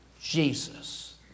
Jesus